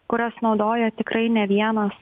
kurias naudoja tikrai ne vienas